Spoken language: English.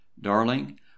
Darling